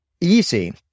easy